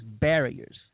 barriers